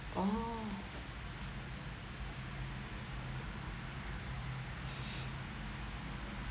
orh